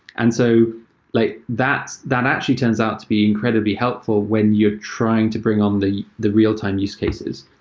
and so like that that actually turns out to be incredibly helpful when you're trying to bring on the the real-time use cases.